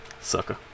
Sucker